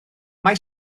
mae